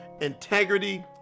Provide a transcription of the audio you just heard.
integrity